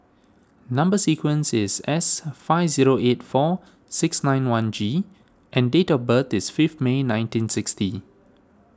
Number Sequence is S five zero eight four six nine one G and date of birth is fifth May nineteen sixty